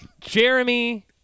Jeremy